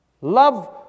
Love